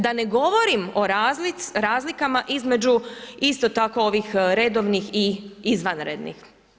Da ne govorim o razlikama između isto tako ovih redovnih i izvanrednih.